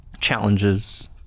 challenges